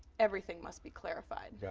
everything must be clarified. yeah